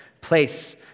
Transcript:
place